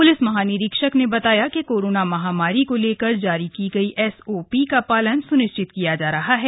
police महानिरीक्षक ने बताया कि कोरोना महामारी को लेकर जारी की गई एस ओ पी का पालन सुनिश्चित किया जा रहा है